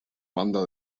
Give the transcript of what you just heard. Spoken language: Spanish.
banda